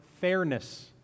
fairness